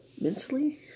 mentally